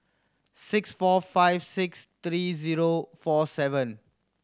six four five six three zero four seven